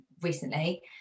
recently